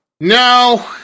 No